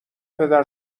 پدر